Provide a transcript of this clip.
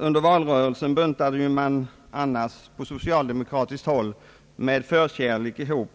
Under valrörelsen buntade man annars på socialdemokratiskt håll med förkärlek ihop